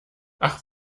ach